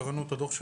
קראנו את הדוח.